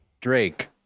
Drake